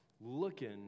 looking